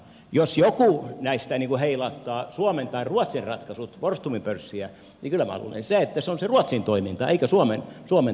jos joku näistä heilauttaa suomen tai ruotsin ratkaisut fortumin pörssiarvoa niin kyllä minä luulen että se on se ruotsin toiminta eikä suomen hallituksen